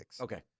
Okay